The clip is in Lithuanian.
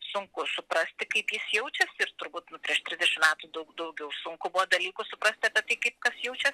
sunku suprasti kaip jis jaučias ir turbūt prieš trisdešimt metų daug daugiau sunku buvo dalykus suprasti apie tai kaip kas jaučias